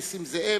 נסים זאב,